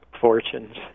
fortunes